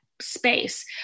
space